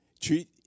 treat